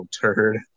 turd